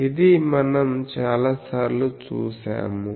ఇది మనం చాలాసార్లు చూశాము